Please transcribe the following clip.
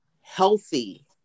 healthy